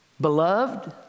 Beloved